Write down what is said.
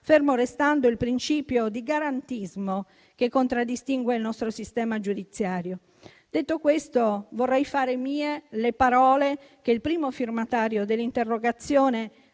fermo restando il principio di garantismo che contraddistingue il nostro sistema giudiziario. Detto questo, vorrei fare mie le parole che il primo firmatario dell'interrogazione